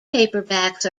paperbacks